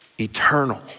eternal